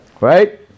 Right